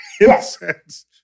Yes